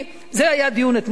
זה הדיון שהיה אתמול בוועדה.